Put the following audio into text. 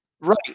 Right